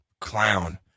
clown